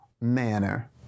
manner